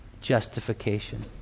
justification